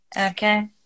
okay